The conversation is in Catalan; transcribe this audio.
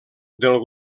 del